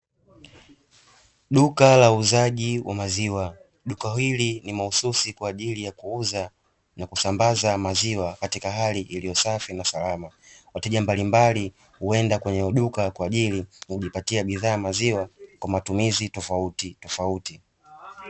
Duka la uuzaji wa maziwa, duka hili ni mahususi kwa ajili ya kuuza na kusambaza maziwa, katika hali iliyo safi na salama. Wateja mbalimbali huenda kwenye duka kwa ajili ya kujipatia huduma ya maziwa kwa matumizi tofautitofauti.